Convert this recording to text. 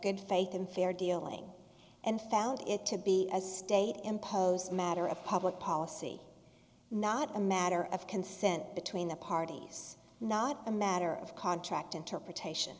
good faith and fair dealing and found it to be a state imposed matter of public policy not a matter of consent between the parties not a matter of contract interpretation